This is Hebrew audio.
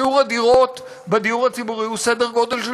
שיעור הדירות בדיור הציבורי הוא סדר גודל של